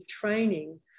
training